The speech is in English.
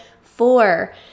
four